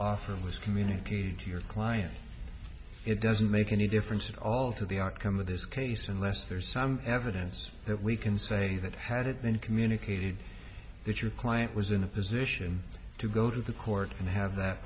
offer was communicated to your client it doesn't make any difference at all to the outcome of this case unless there's some evidence that we can say that had it been communicated that your client was in a position to go to the court and have that